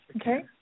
Okay